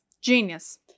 Genius